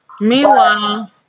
Meanwhile